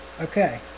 Okay